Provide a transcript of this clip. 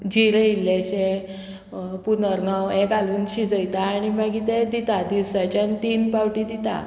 जिरें इल्लेशें पुननर्वो हें घालून शिजयता आनी मागीर तें दिता दिवसाच्यान तीन पावटी दिता